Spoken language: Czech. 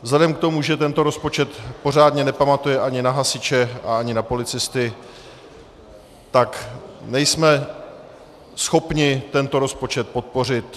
Vzhledem k tomu, že tento rozpočet pořádně nepamatuje ani na hasiče a ani na policisty, tak nejsme schopni tento rozpočet podpořit.